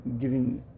giving